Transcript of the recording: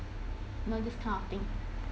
you know this kind of thing